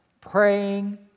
Praying